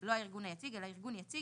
לא הארגון היציג אלא ארגון יציג,